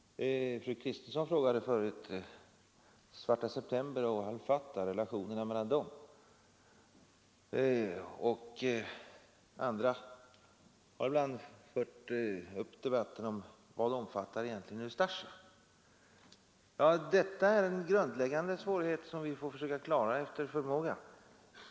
Fru Kristensson frågade tidigare om relationerna mellan Svarta september och al Fatah, och andra har ibland i debatten fört på tal vad Ustasja egentligen omfattar. Detta är en grundläggande svårighet som vi får försöka klara ut efter förmåga.